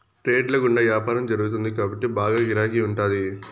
trades ల గుండా యాపారం జరుగుతుంది కాబట్టి బాగా గిరాకీ ఉంటాది